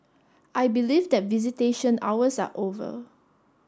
I believe that visitation hours are over